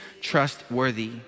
trustworthy